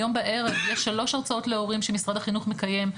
היום בערב יש שלוש הרצאות להורים שמשרד החינוך מקיים,